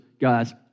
guys